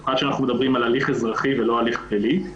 במיוחד שמדברים על הליך אזרחי ולא הליך פלילי.